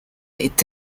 est